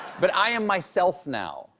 but i am myself now,